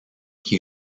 qui